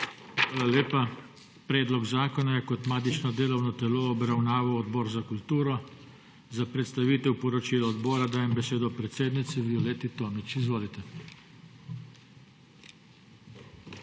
Hvala lepa. Predlog zakona je kot matično delovno telo obravnaval Odbor za kulturo. Za predstavitev poročila odbora dajem besedo predsednici Violeti Tomić. Izvolite. **VIOLETA